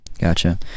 Gotcha